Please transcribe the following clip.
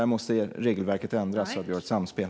Där måste regelverket ändras, så att vi har ett samspel.